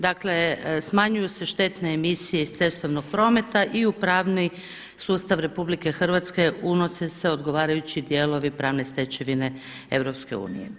Dakle, smanjuju se štetne emisije iz cestovnog prometa i u pravni sustav RH unose se odgovarajući dijelovi pravne stečevine EU.